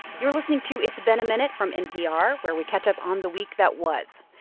you're listening to it's been a minute from npr, where we catch up on the week that was.